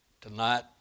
Tonight